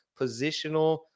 Positional